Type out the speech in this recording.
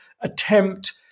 attempt